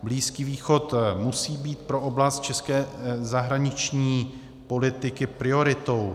Blízký východ musí být pro oblast české zahraniční politiky prioritou.